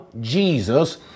Jesus